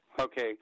okay